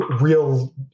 real